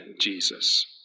Jesus